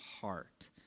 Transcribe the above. heart